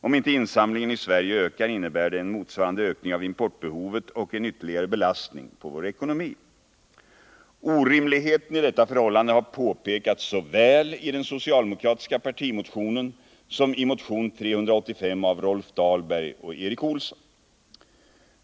Om inte insamligen i Sverige ökar, innebär det en motsvarande ökning av importbehovet och en ytterligare belastning på vår ekonomi. Orimligheten i detta förhållande har påpekats såväl i den socialdemokratiska partimotionen som i motion 385 av Rolf Dahlberg och Erik Olsson.